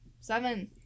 seven